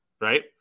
right